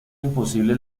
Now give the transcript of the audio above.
imposible